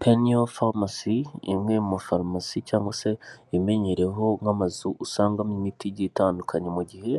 Peniel Pharmacy, ni imwe mu mafarumasi cyangwa se imenyereweho nk'amazu usangamo imiti igiye itandukanye, mu gihe